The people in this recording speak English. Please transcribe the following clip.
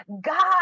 God